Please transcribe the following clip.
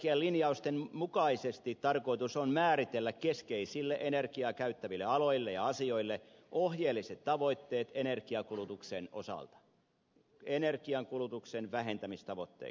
strategian linjausten mukaisesti tarkoitus on määritellä keskeisille energiaa käyttäville aloille ja asioille ohjeelliset tavoitteet energiankulutuksen osalta energiankulutuksen vähentämistavoitteet